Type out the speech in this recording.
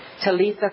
Talitha